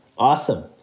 Awesome